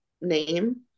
name